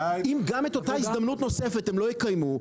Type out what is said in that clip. אם גם את אותה הזדמנות נוספת הם לא יקיימו,